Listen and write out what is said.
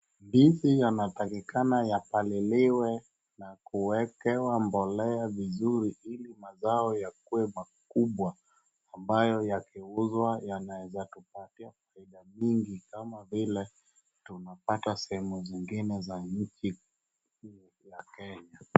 Ndizi yanatakikana yapaliliwe na kuwekwea mbolea vizuri ili mazao yakuwe makubwa ambayo yakiuzwa yanaeza tupatia faida mingi kama vile tunapata sehemu zingine za nchi hii ya Kenya.